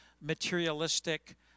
materialistic